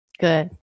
Good